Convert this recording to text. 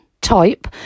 Type